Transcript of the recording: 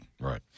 Right